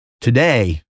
Today